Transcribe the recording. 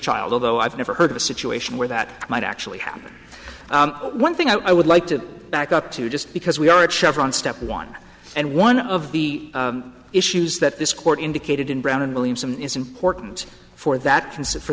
child although i've never heard of a situation where that might actually happen one thing i would like to back up to just because we are at chevron step one and one of the issues that this court indicated in brown and williamson as important for that